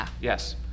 Yes